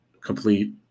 complete